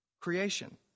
Creation